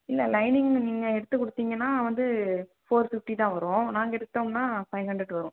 இல்லை லைனிங்கு நீங்கள் எடுத்து கொடுத்திங்கனா வந்து ஃபோர் ஃபிஃப்ட்டி தான் வரும் நாங்கள் எடுத்தோம்னால் ஃபைவ் ஹண்ட்ரெட் வரும்